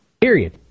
period